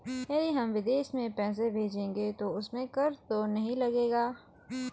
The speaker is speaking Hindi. यदि हम विदेश में पैसे भेजेंगे तो उसमें कर तो नहीं लगेगा?